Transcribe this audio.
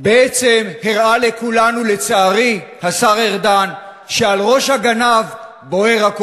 ביותר שעשה כאן השר ארדן זה שהוא הפך את הנושא לעניין